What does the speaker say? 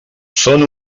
són